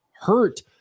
hurt